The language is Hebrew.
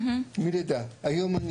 היום אני